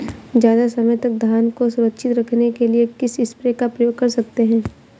ज़्यादा समय तक धान को सुरक्षित रखने के लिए किस स्प्रे का प्रयोग कर सकते हैं?